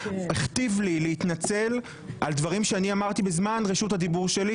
הכתיב לי להתנצל על דברים שאמרתי בזמן רשות הדיבור שלי.